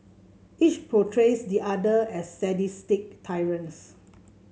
each portrays the other as sadistic tyrants